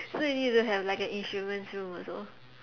so you really don't have like an insurance room also